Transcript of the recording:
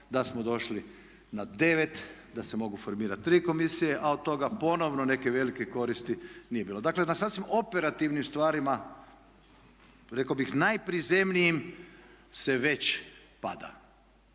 da smo došli na 9 da se mogu formirati 3 komisije a od toga ponovno neke velike koristi nije bilo. Dakle na sasvim operativni stvarima rekao bih najprizemnijim se već pada.